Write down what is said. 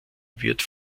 wird